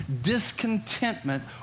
discontentment